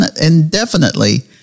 indefinitely